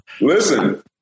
Listen